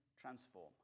transform